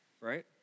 right